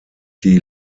die